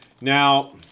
Now